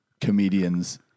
comedians